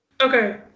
Okay